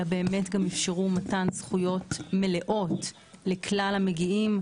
אלא אפשרו גם מתן זכויות מלאות לכלל המגיעים,